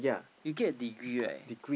you get a degree right